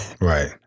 Right